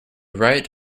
right